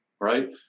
right